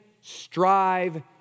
strive